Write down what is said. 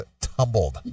tumbled